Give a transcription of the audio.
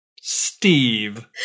Steve